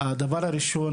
ראשית,